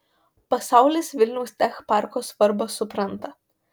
pasaulis vilniaus tech parko svarbą supranta